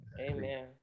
Amen